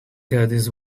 this